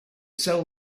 sell